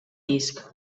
disc